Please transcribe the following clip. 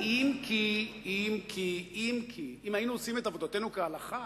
אם כי, אם היינו עושים את עבודתנו כהלכה,